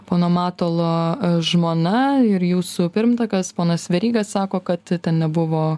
pono matulo žmona ir jūsų pirmtakas ponas veryga sako kad ten nebuvo